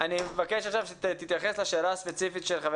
אני מבקש עכשיו שתתייחס לשאלה הספציפית של חבר